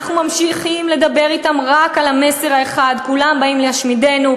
אנחנו ממשיכים לדבר אתם רק על המסר האחד: כולם באים להשמידנו,